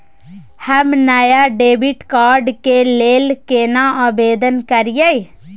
हम नया debit card के लेल केना आवेदन करियै?